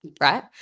right